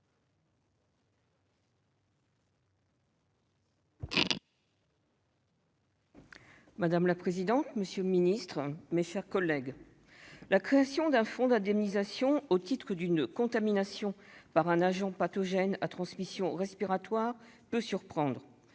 Madame la présidente, monsieur le secrétaire d'État, mes chers collègues, la création d'un fonds d'indemnisation au titre d'une contamination par un agent pathogène à transmission respiratoire peut surprendre.